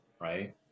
right